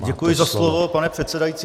Děkuji za slovo, pane předsedající.